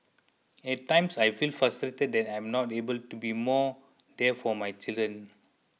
at times I feel frustrated that I am not able to be more there for my children